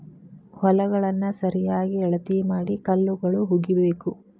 ಹೊಲಗಳನ್ನಾ ಸರಿಯಾಗಿ ಅಳತಿ ಮಾಡಿ ಕಲ್ಲುಗಳು ಹುಗಿಬೇಕು